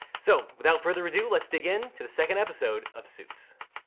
so without further ado, let's dig in to the second episode of suits.